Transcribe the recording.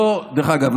שדרך אגב,